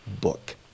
book